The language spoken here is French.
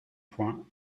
point